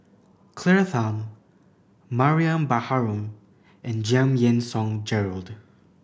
Claire Tham Mariam Baharom and Giam Yean Song Gerald